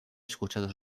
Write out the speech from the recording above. escuchado